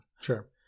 Sure